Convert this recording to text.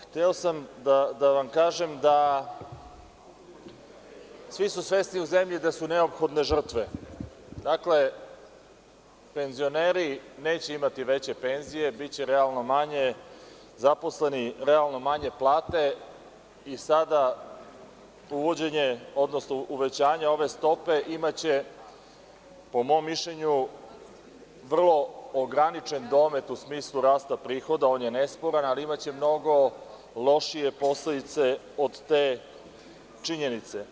Hteo sam da vam kažem da, svi su svesni u zemlji da su neophodne žrtve, penzioneri neće imati veće penzije, biće realno manje, zaposleni realno manje plate i sada uvećanje ove stope imaće po mom mišljenju vrlo ograničen domet u smislu rasta prihoda, on je nesporan, ali imaće mnogo lošije posledice od te činjenice.